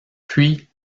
puis